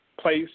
place